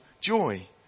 joy